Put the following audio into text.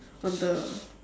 on the